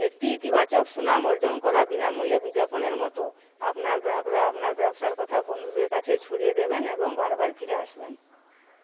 একটি ইতিবাচক সুনাম অর্জন করা বিনামূল্যে বিজ্ঞাপনের মতো আপনার গ্রাহকরা আপনার ব্যবসার কথা বন্ধুদের কাছে ছড়িয়ে দেবেন এবং বারবার ফিরে আসবেন